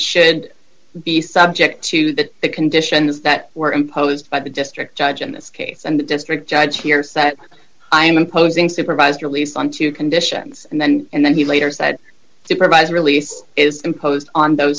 should be subject to the conditions that were imposed by the district judge in this case and the district judge hears that i am imposing supervised release on two conditions and then and then he later said to provide release is imposed on those